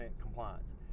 compliance